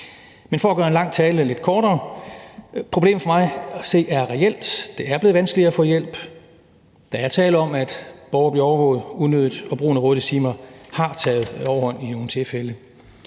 Men for at gøre en lang tale lidt kortere: Problemet for mig at se er reelt; det er blevet vanskeligere at få hjælp; der er tale om, at borgere bliver overvåget unødigt; og brugen af rådighedstimer har taget overhånd i nogle tilfælde.